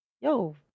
yo